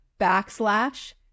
backslash